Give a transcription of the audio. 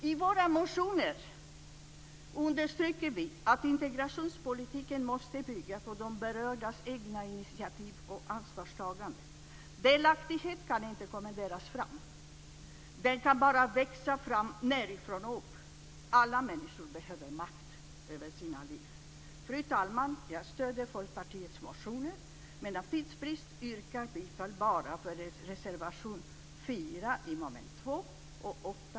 I våra motioner understryker vi att integrationspolitiken måste bygga på de berördas egna initiativ och ansvarstagande. Delaktighet kan inte kommenderas fram. Den kan bara växa fram nedifrån och upp. Alla människor behöver makt över sina liv. Fru talman! Jag stöder Folkpartiets motioner, men av tidsbrist yrkar jag bifall bara till reservation 4